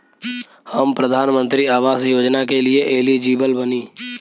हम प्रधानमंत्री आवास योजना के लिए एलिजिबल बनी?